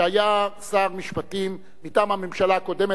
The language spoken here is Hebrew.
שהיה שר משפטים מטעם הממשלה הקודמת,